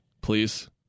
please